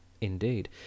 Indeed